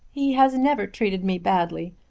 he has never treated me badly.